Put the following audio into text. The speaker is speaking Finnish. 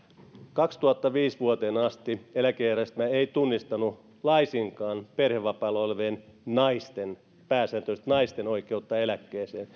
kaksituhattaviisi vuoteen asti eläkejärjestelmä ei tunnistanut laisinkaan perhevapailla olevien pääsääntöisesti naisten oikeutta eläkkeeseen